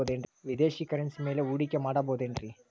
ವಿದೇಶಿ ಕರೆನ್ಸಿ ಮ್ಯಾಲೆ ಹೂಡಿಕೆ ಮಾಡಬಹುದೇನ್ರಿ?